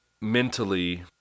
mentally